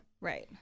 Right